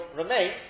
remain